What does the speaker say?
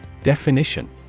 Definition